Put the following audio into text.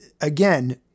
again